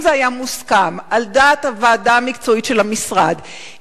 אם זה היה מוסכם על דעת הוועדה המקצועית של המשרד,